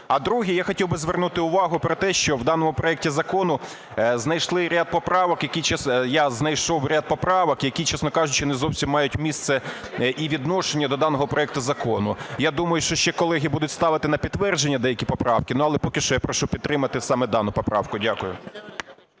А друге, я хотів би звернути увагу про те, що в даному проекті закону знайшли ряд поправок, я знайшов ряд поправок, які, чесно кажучи, не зовсім мають місце і відношення до даного проекту закону. Я думаю, що ще колеги будуть ставити на підтвердження деякі поправки, але поки що я прошу підтримати саме дану поправку. Дякую.